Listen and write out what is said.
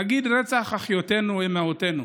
נגיד: רצח אחיותינו, אימהותינו.